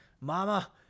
mama